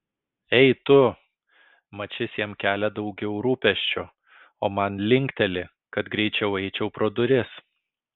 ei tu mat šis jam kelia daugiau rūpesčio o man linkteli kad greičiau eičiau pro duris